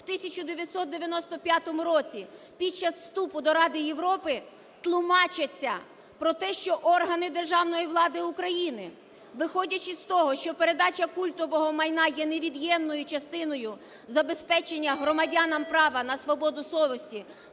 в 1995 році під час вступу до Ради Європи, тлумачаться про те, що органи державної влади України, виходячи з того, що передача культового майна є невід'ємною частиною забезпечення громадянам права на свободу совісті